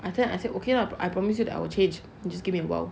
I think I said okay lah I promise you that I will change just give me a while